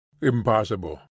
impossible